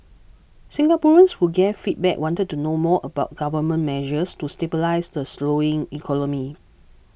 Singaporeans who gave feedback wanted to know more about Government measures to stabilise the slowing economy